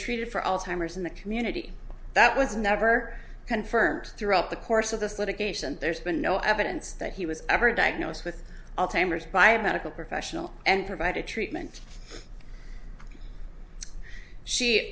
treated for alzheimer's in the community that was never confirmed throughout the course of this litigation there's been no evidence that he was ever diagnosed with alzheimer's by a medical professional and provided treatment she